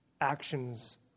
actions